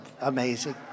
amazing